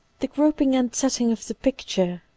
the grouping and setting of the picture,